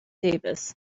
davis